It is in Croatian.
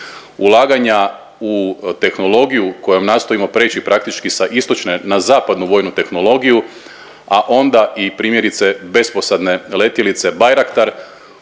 Ulaganja u tehnologiju kojom nastojimo preći praktički sa istočne na zapadnu vojnu tehnologiju, a onda i primjerice besposadne letjelica Baryaktar